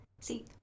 See